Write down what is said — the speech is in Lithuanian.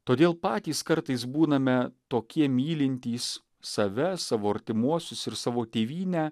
todėl patys kartais būname tokie mylintys save savo artimuosius ir savo tėvynę